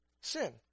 sin